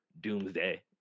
doomsday